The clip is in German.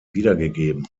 wiedergegeben